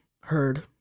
heard